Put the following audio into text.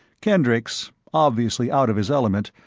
kendricks, obviously out of his element,